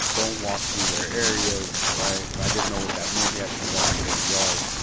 don't walk through their areas, right. i didn't know what that meant yet because i hadn't been to yard,